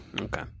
Okay